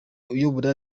uyobora